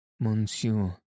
Monsieur